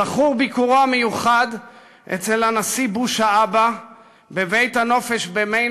זכור ביקורו המיוחד אצל הנשיא בוש האב בבית-הנופש במיין